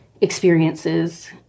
experiences